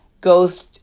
goes